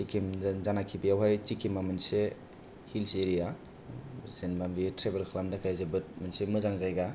सिक्किम जान जानाखि बेवहाय सिक्किमा मोनसे हिलस एरिया जेन'बा बियो ट्रेभेल खालामनो थाखाय जोबोद मोनसे मोजां जायगा